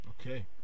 Okay